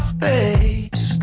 face